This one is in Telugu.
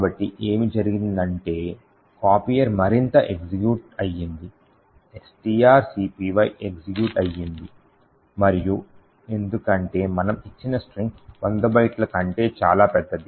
కాబట్టి ఏమి జరిగిందంటే copier మరింత ఎగ్జిక్యూట్ అయింది strcpy ఎగ్జిక్యూట్ అయ్యింది మరియు ఎందుకంటే మనము ఇచ్చిన స్ట్రింగ్ 100 బైట్ల కంటే చాలా పెద్దది